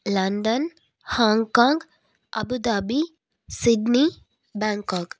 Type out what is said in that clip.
London Hong Kong Abu Dhabi Sydney Bangkok